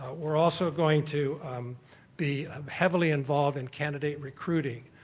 we're also going to be heavily involved in candidate recruiting.